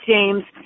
James